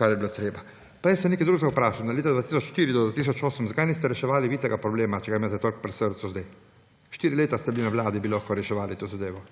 kar je bilo treba. Prej sem nekaj drugega vprašal. Zakaj niste od leta 2004 do 2008 reševali vi tega problema, če ga imate toliko pri srcu zdaj? Štiri leta ste bili na vladi, bi lahko reševali to zadevo.